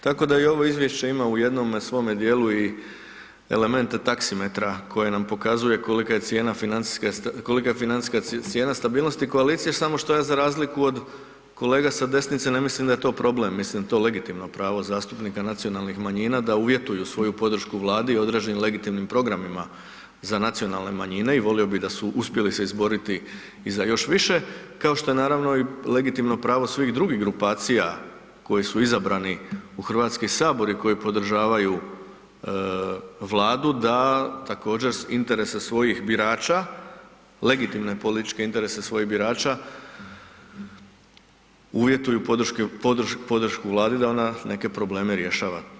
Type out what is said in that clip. Tako da i ovo izvješće ima u jednome svome dijelu i elemente taksimetra koje nam pokazuje kolika je cijena financijske, kolika je financijska cijena stabilnosti koalicije, samo što ja za razliku od kolega sa desnice ne mislim da je to problem, mislim da je to legitimno zastupnika nacionalnih manjina da uvjetuju svoju podršku Vladi određenim legitimnim programima za nacionalne manjine i volio bi da su uspjeli se izboriti i za još više, kao što je naravno i legitimno pravo svih drugih grupacija koji su izabrani u HS i koji podržavaju Vladu da također s interesa svojim birača, legitimne političke interese svojih birača uvjetuju podršku Vladi da ona neke probleme rješava.